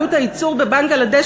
עלות הייצור בבנגלדש,